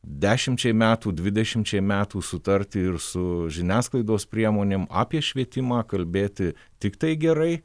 dešimčiai metų dvidešimčiai metų sutarti ir su žiniasklaidos priemonėm apie švietimą kalbėti tiktai gerai